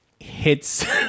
hits